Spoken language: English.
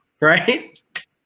Right